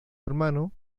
hermano